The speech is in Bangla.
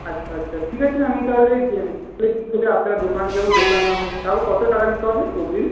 আচ্ছা আচ্ছা ঠিক আছে আমি তাহলে বিকেলের দিক করে আপনার দোকানে যাব দোকানে না হয় তাও কত টাকা দিতে হবে অগ্রিম